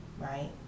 right